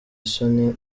isoni